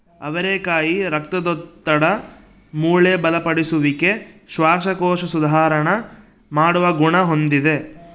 ಅವರೆಕಾಯಿ ರಕ್ತದೊತ್ತಡ, ಮೂಳೆ ಬಲಪಡಿಸುವಿಕೆ, ಶ್ವಾಸಕೋಶ ಸುಧಾರಣ ಮಾಡುವ ಗುಣ ಹೊಂದಿದೆ